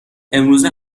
امروزه